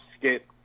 Skip